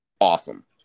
Awesome